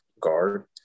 guard